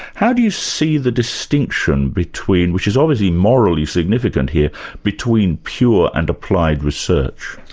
how do you see the distinction between which is obviously morally significant here between pure and applied research?